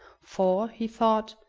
for, he thought,